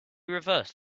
reversed